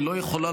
חבר הכנסת